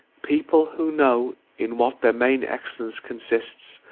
people who know in what their main excellence consists,